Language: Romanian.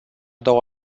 două